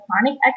chronic